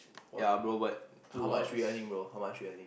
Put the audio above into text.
ya bro but how much we earning bro how much we earning